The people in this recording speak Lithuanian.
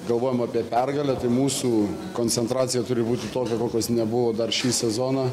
galvojam apie pergalę tai mūsų koncentracija turi būti tokia kokios nebuvo dar šį sezoną